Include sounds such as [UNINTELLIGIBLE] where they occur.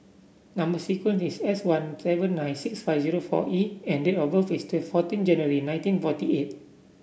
number sequence is S one seven nine six five zero four E and date of birth is [UNINTELLIGIBLE] fourteen January nineteen forty eight